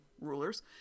rulers